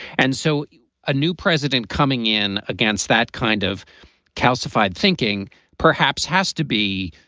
and so a new president coming in against that kind of calcified thinking perhaps has to be